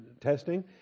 testing